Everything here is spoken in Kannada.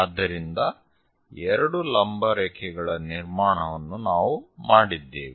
ಆದ್ದರಿಂದ ಎರಡು ಲಂಬ ರೇಖೆಗಳ ನಿರ್ಮಾಣವನ್ನು ನಾವು ಮಾಡಿದ್ದೇವೆ